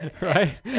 right